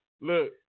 Look